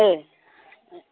ए